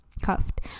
cuffed